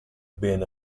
been